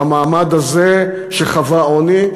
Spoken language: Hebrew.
במעמד הזה שחווה עוני,